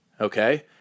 okay